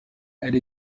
elle